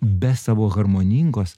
be savo harmoningos